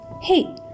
Hey